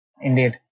Indeed